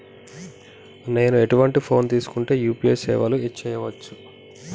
నేను ఎటువంటి ఫోన్ తీసుకుంటే యూ.పీ.ఐ సేవలు చేయవచ్చు?